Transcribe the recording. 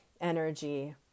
energy